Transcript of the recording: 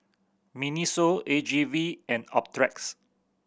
MINISO A G V and Optrex